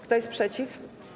Kto jest przeciw?